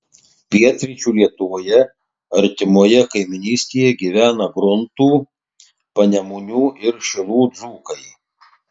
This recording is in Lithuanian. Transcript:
pietryčių lietuvoje artimoje kaimynystėje gyvena gruntų panemunių ir šilų dzūkai